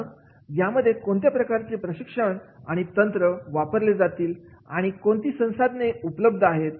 मग यामध्ये कोणत्या प्रकारची प्रशिक्षण तंत्र वापरले जातील आणि कोणती संसाधने उपलब्ध आहेत